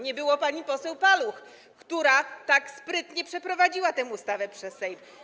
Nie było pani poseł Paluch, która tak sprytnie przeprowadziła tę ustawę przez Sejm.